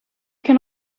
can